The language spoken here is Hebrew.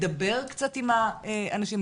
מדבר קצת עם האנשים,